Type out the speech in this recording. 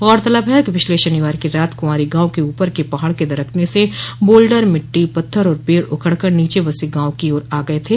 गौरतलब है कि पिछले शनिवार की रात कुंवारी गांव के ऊपर के पहाड़ के दरकने से बोल्डर मिट्टी पत्थर और पेड़ उखड़कर नीचें बसे गांव की ओर आ गए थे